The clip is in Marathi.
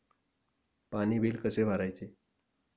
पाणी बिल कसे भरायचे?